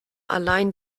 allein